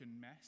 mess